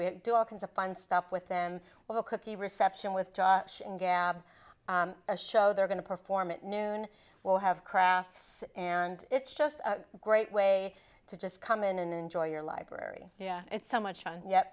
we do all kinds of fun stuff with them while cookie reception with josh and gab a show they're going to perform at noon we'll have crafts and it's just a great way to just come in and enjoy your library it's so much fun ye